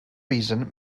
reason